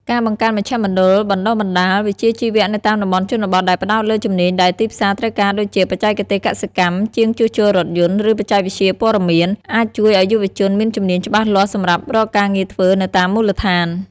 ការបង្កើតមជ្ឈមណ្ឌលបណ្តុះបណ្តាលវិជ្ជាជីវៈនៅតាមតំបន់ជនបទ ដែលផ្តោតលើជំនាញដែលទីផ្សារត្រូវការ ដូចជា បច្ចេកទេសកសិកម្ម ជាងជួសជុលរថយន្ត ឬបច្ចេកវិទ្យាព័ត៌មាន អាចជួយឲ្យយុវជនមានជំនាញច្បាស់លាស់សម្រាប់រកការងារធ្វើនៅតាមមូលដ្ឋាន។